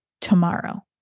tomorrow